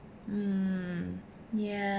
um ya